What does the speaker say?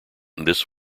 this